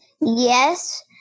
yes